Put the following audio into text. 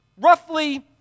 roughly